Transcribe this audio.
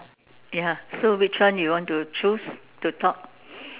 ya so which one you want to chose to talk